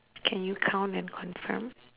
can you count and confirm